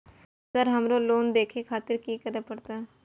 Sir हमरो loan देखें खातिर की करें परतें?